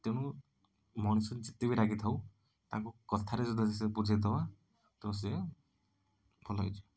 ତେଣୁ ମଣିଷ ଯେତେ ବି ରାଗିଥାଉ ତାଙ୍କୁ କଥାରେ ଯଦି ବୁଝାଇଦବ ତ ସେ ଭଲ ହେଇଯିବ